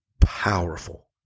powerful